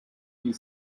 you